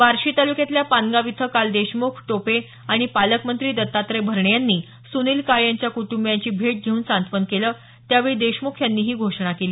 बार्शी तालुक्यातल्या पानगाव इथं काल देशमुख टोपे आणि पालकमंत्री दत्तात्रय भरणे यांनी सुनील काळे यांच्या कुटंबियांची भेट घेऊन सांत्वन केलं त्यावेळी देशमुख यांनी ही घोषणा केली